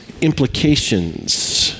implications